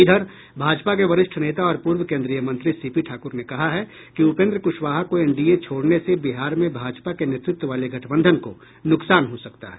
इधर भाजपा के वरिष्ठ नेता और पूर्व केन्द्रीय मंत्री सीपी ठाक्र ने कहा है कि उपेन्द्र क्शवाहा के एनडीए छोड़ने से बिहार में भाजपा के नेतृत्व वाले गठबंधन को नुकसान हो सकता है